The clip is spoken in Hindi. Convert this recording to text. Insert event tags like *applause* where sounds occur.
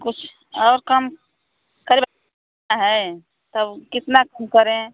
कुछ और कम करे *unintelligible* है तब कितना कम करें